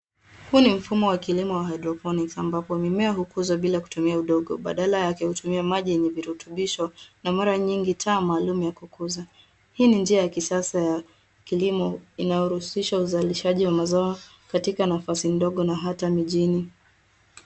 Huu ni mfumo wa kilimo wa haidroponics ambapo mimea hukuzwa bila kutumia udongo, badala yake hutumia maji yenye virutubisho na mara nyingi taa maalum za kukuza. Hii ni njia ya kisasa ya kilimo inayohusisha uzalishaji wa mazao katika nafasi ndogo na hata mijini.